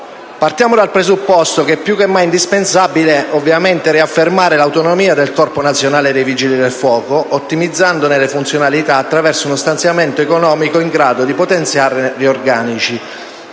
Partiamo dal presupposto che è più che mai indispensabile riaffermare l'autonomia del Corpo nazionale dei vigili del fuoco, ottimizzandone la funzionalità, attraverso uno stanziamento economico in grado di potenziarne gli organici.